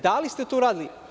Da li ste to uradili?